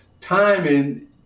timing